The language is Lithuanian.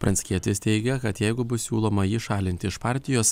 pranckietis teigia kad jeigu bus siūloma jį šalinti iš partijos